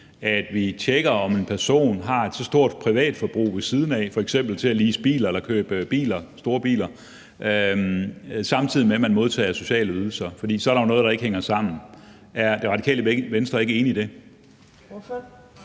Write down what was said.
at vi tjekker, om en person har et så stort privatforbrug ved siden af til f.eks. at lease biler eller købe store biler, samtidig med at vedkommende modtager sociale ydelser, for så er der jo noget, der ikke hænger sammen. Er Det Radikale Venstre ikke enig i det?